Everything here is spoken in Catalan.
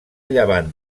llevant